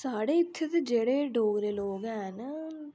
साढ़ै इत्थें दे जेह्ड़े डोगरे लोग हैन दे